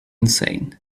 insane